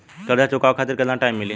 कर्जा चुकावे खातिर केतना टाइम मिली?